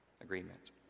agreement